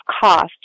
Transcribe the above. cost